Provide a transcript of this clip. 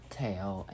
tail